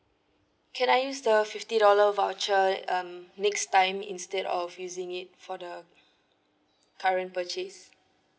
can I use the fifty dollar voucher um next time instead of using it for the current purchase